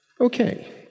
Okay